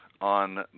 on